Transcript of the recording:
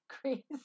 Crazy